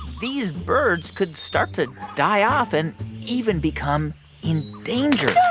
these birds could start to die off and even become endangered no